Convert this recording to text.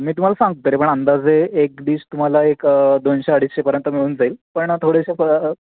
मी तुम्हाला सांगतो तरी पण अंदाजे एक डिश तुम्हाला एक दोनशे अडीचशेपर्यंत मिळून जाईल पण थोडेसे पदा